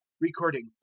Recording